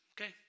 okay